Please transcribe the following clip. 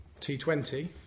T20